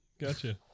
Gotcha